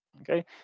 okay